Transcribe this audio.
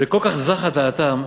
וכל כך זחה דעתם,